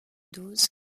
dose